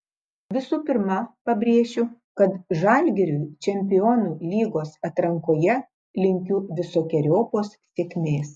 visų pirma pabrėšiu kad žalgiriui čempionų lygos atrankoje linkiu visokeriopos sėkmės